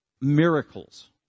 miracles